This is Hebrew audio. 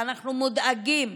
ואנחנו מודאגים